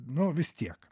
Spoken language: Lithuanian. nu visi tiek